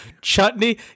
chutney